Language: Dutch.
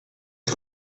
een